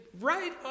right